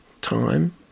time